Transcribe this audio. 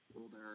Older